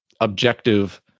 objective